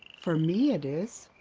for me it is.